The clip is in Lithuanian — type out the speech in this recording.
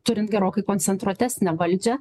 turint gerokai koncentruotesnę valdžią